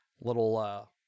little